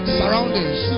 surroundings